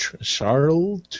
Charles